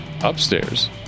upstairs